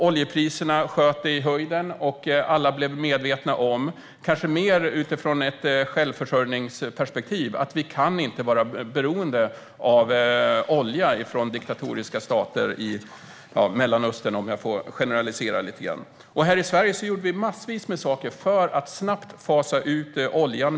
Oljepriserna sköt i höjden, och alla blev medvetna - kanske mer utifrån ett självförsörjningsperspektiv - om att vi inte kan vara beroende av olja från diktatoriska stater i Mellanöstern, om jag får generalisera lite. Här i Sverige gjorde vi en massa saker för att snabbt fasa ut oljan.